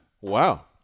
Wow